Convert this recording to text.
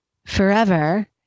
Forever